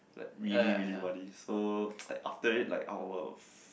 like really really muddy so after it like our f~